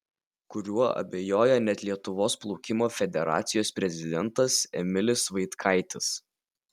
kuriuo abejoja net lietuvos plaukimo federacijos prezidentas emilis vaitkaitis